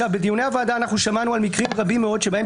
בדיוני הוועדה אנחנו שמענו על מקרים רבים מאוד שבהם